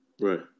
Right